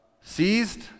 seized